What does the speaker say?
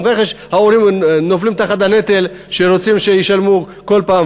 גם ככה ההורים נופלים תחת הנטל שרוצים שישלמו כל פעם,